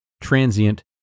transient